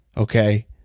Okay